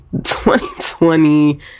2020